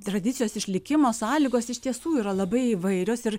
tradicijos išlikimo sąlygos iš tiesų yra labai įvairios ir